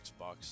Xbox